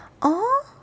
orh